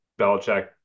Belichick